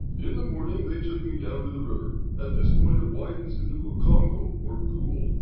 in the morning they took me down to the river. at this point it widens into a kongo, or pool,